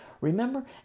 Remember